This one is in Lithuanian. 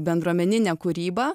bendruomeninė kūryba